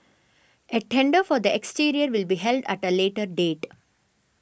a tender for the exterior will be held at a later date